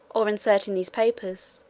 or inserting these papers,